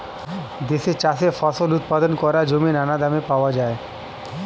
দেশে চাষের ফসল উৎপাদন করার জমি নানা দামে পাওয়া যায়